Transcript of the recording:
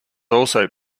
also